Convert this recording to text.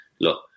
Look